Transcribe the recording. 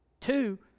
Two